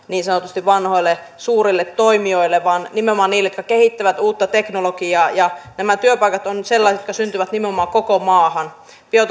niin sanotusti vanhoille suurille toimijoille vaan nimenomaan niille jotka kehittävät uutta teknologiaa nämä työpaikat ovat nyt sellaisia jotka syntyvät nimenomaan koko maahan